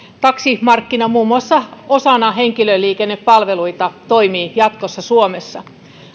muun muassa taksimarkkina osana henkilöliikennepalveluita toimii jatkossa suomessa